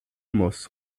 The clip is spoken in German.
muss